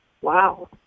Wow